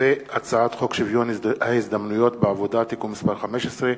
הצעת חוק שוויון ההזדמנויות בעבודה (תיקון מס' 15),